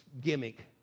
gimmick